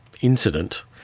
incident